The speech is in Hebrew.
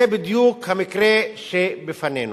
זה בדיוק המקרה שלפנינו.